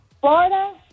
Florida